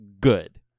good